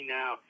now